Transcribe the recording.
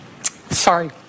Sorry